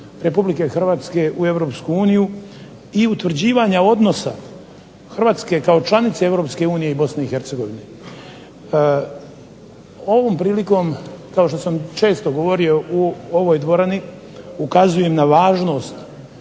ulaska RH u EU i utvrđivanje odnosa Hrvatske kao članice EU i BiH. Ovom prilikom kao što sam često govorio u ovoj dvorani ukazujem na važnost